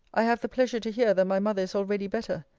i have the pleasure to hear that my mother is already better.